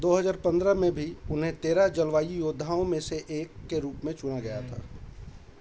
दो हजार पंद्रह में भी उन्हें तेरह जलवायु योद्धाओं में से एक के रूप में चुना गया था